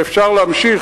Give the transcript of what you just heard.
ואפשר להמשיך,